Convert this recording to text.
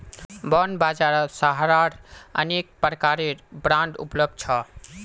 bond बाजारत सहारार अनेक प्रकारेर बांड उपलब्ध छ